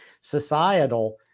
societal